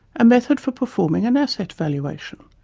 a method for performing an asset valuation,